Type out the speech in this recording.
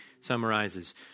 summarizes